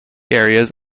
areas